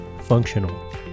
functional